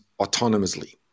autonomously